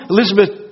Elizabeth